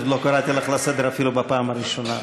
חבר הכנסת בר, אתה קרוא לסדר בפעם השלישית.